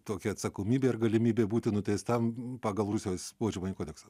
tokia atsakomybė ir galimybė būti nuteistam pagal rusijos baudžiamąjį kodeksą